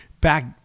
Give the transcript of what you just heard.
Back